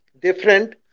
different